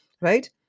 Right